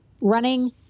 running